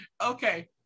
Okay